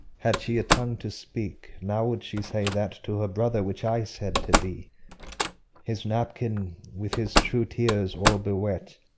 had she a tongue to speak, now would she say that to her brother which i said to thee his napkin, with his true tears all bewet,